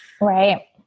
Right